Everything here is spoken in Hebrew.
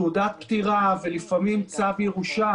תעודת פטירה ולפעמים צו ירושה.